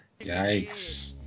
Yikes